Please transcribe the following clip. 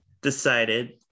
decided